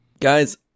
Guys